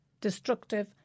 destructive